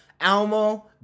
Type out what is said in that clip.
almo